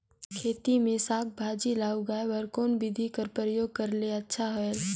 खेती मे साक भाजी ल उगाय बर कोन बिधी कर प्रयोग करले अच्छा होयल?